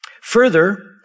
Further